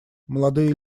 молодые